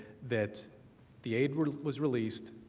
that the aid was released,